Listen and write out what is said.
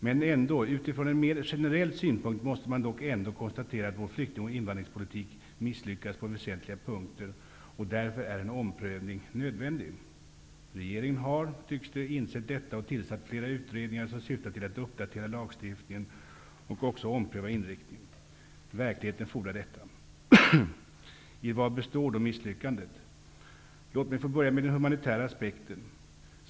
Men utifrån en mer generell synpunkt måste man ändå konstatera att vår flykting och invand ringspolitik misslyckats på väsentliga punkter, och därför är en omprövning nödvändig. Regeringen har, tycks det, insett detta och till satt flera utredningar som syftar till att uppdatera lagstiftningen och också ompröva inriktningen. Verkligheten fordrar detta. I vad består då misslyckandet? Låt mig få börja med den humanitära aspekten.